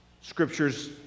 Scriptures